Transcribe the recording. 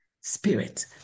spirit